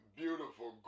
beautiful